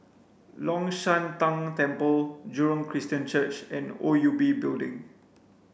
Long Shan Tang Temple Jurong Christian Church and O U B Building